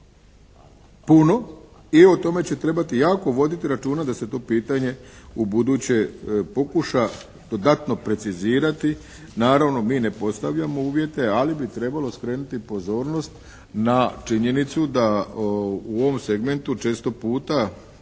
puno i o tome će trebati jako voditi računa da se to pitanje ubuduće pokuša dodatno precizirati. Naravno mi ne postavljamo uvjete, ali bi trebalo skrenuti pozornost na činjenicu da u ovom segmentu često puta